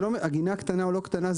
הגינה הקטנה או לא קטנה,